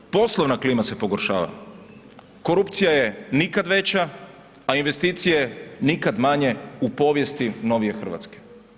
Poslovna klima se pogoršava, korupcija je nikada veća, a investicije nikad manje u povijesti novije Hrvatske.